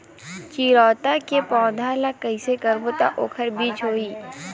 चिरैता के पौधा ल कइसे करबो त ओखर बीज होई?